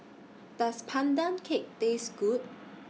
Does Pandan Cake Taste Good